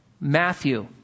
Matthew